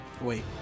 wait